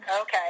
okay